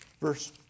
verse